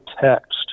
text